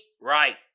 right